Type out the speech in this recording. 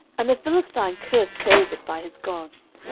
and the philistine cursed david by his gods.